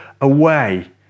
away